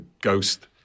ghost